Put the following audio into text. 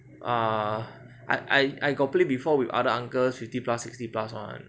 ah I I got play before with other uncles fifty plus sixty plus [one] ah